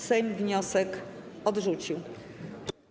Sejm wniosek odrzucił.